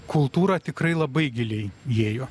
kultūrą tikrai labai giliai įėjo